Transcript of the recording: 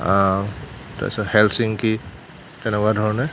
তাৰ পিছত হেলচিংকি তেনেকুৱা ধৰণে